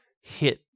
hit